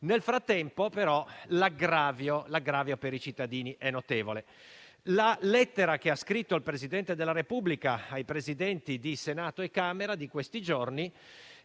Nel frattempo, però, l'aggravio per i cittadini è notevole. La lettera inviata dal Presidente della Repubblica ai Presidenti di Senato e Camera in questi giorni,